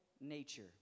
nature